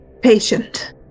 patient